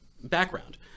background